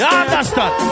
understand